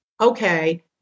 okay